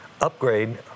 upgrade